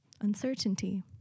uncertainty